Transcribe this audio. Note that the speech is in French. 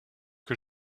que